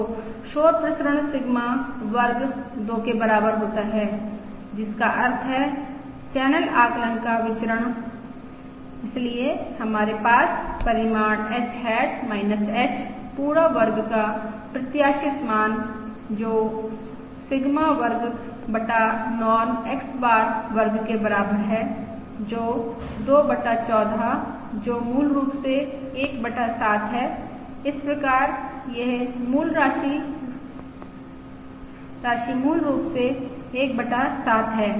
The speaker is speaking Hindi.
तो शोर प्रसरण सिग्मा वर्ग 2 के बराबर होता है जिसका अर्थ है चैनल आकलन का विचरण इसलिए हमारे पास परिमाण H हैट H पूरा वर्ग का प्रत्याशित मान जो सिग्मा वर्ग बटा नॉर्म X बार वर्ग के बराबर है जो 2 बटा 14 जो मूल रूप से 1 बटा 7 है इस प्रकार यह राशि मूल रूप से 1 बटा 7 है